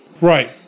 Right